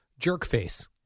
Jerkface